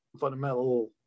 fundamental